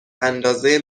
اندازه